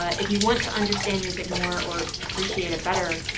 ah if you want to understand music more or appreciate it better,